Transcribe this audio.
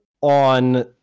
on